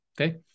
okay